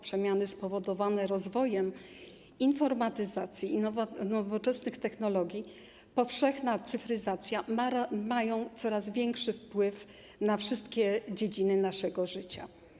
Przemiany spowodowane rozwojem informatyzacji i nowoczesnych technologii, powszechna cyfryzacja mają coraz większy wpływ na wszystkie dziedziny naszego życia.